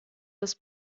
des